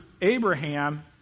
Abraham